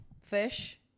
fish